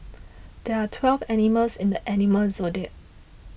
there are twelve animals in the animal zodiac